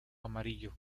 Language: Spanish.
amarillo